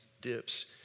dips